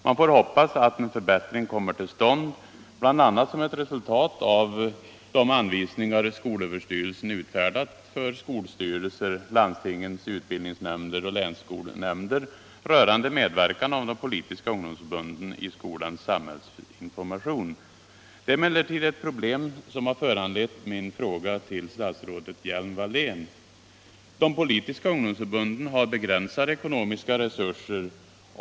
Man får hoppas att en förbättring kommer till stånd, bl.a. som ett resultat av de anvisningar skolöverstyrelsen utfärdat för skolstyrelser, landstingens utbildningsnämnder och länsskolnämnder rörande medverkan av de politiska ungdomsförbunden i skolans samhällsinformation. Det är emellertid ett problem som har föranlett min fråga tull statsrådet Hjelm-Wallén. De politiska ungdomsförbunden har begränsade ckonomiska resurser.